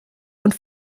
und